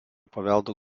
paveldo